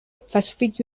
pacific